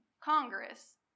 Congress